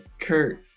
Kurt